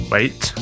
Wait